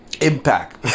Impact